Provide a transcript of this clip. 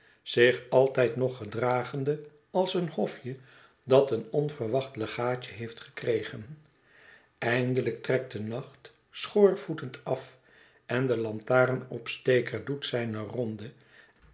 zich altijd nog gedragende als een hofje dat een onverwacht legaatj e heeft gekregen eindelijk trekt de nacht schoorvoetend af en de lantarenopsteker doet zijne ronde